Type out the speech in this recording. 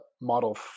Model